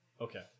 Okay